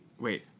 Wait